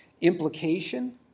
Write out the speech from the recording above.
Implication